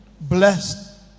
Blessed